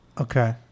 Okay